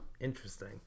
Interesting